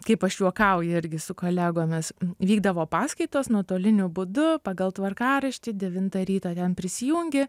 kaip aš juokauju irgi su kolegomis vykdavo paskaitos nuotoliniu būdu pagal tvarkaraštį devintą ryto ten prisijungi